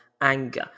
anger